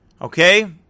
Okay